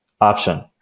option